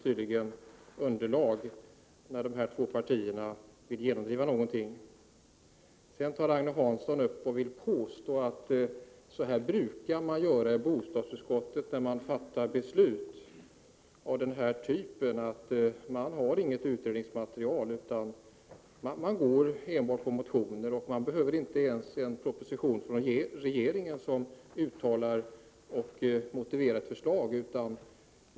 Tydligen — Och bostadsverk behövs det inget underlag när de här två partierna vill genomdriva en sak. Agne Hansson påstår att man i bostadsutskottet brukar agera på det här sättet när det gäller beslut av denna typ, utan att ha något utredningsmaterial och enbart på grundval av motioner. Man behöver inte ens en proposition från regeringen med förslag och motiv till dessa.